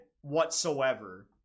whatsoever